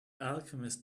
alchemist